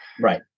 Right